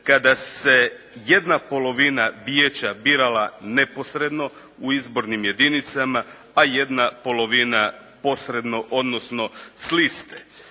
kada se jedna polovina vijeća birala neposredno u izbornim jedinicama, a jedna polovina posredno, odnosno s liste.